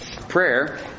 Prayer